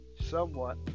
somewhat